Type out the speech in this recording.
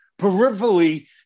peripherally